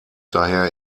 daher